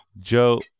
Joe